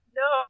no